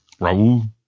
Raul